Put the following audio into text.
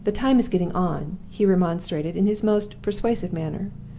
the time is getting on, he remonstrated, in his most persuasive manner.